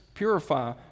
Purify